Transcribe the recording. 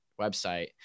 website